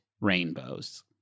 rainbows